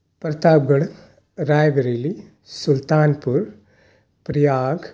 Pratap Garh Rae Bareli Sultanpur Prayag